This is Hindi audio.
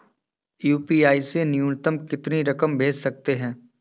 यू.पी.आई से न्यूनतम कितनी रकम भेज सकते हैं?